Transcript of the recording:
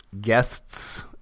guests